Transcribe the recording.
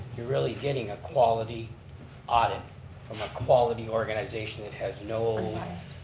you're really getting a quality audit um a quality organization that has no and